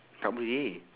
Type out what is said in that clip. tak boleh